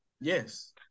Yes